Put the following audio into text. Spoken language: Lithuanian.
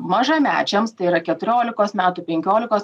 mažamečiams tai yra keturiolikos metų penkiolikos